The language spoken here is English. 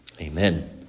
Amen